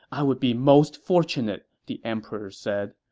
i would be most fortunate, the emperor said.